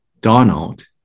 Donald